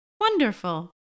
Wonderful